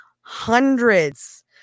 hundreds